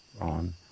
on